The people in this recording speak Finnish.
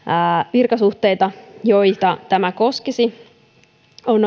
virkasuhteita joita tämä koskisi on